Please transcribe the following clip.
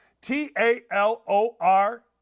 T-A-L-O-R